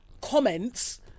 comments